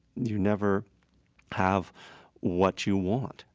you never have what you want,